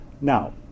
Now